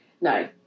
No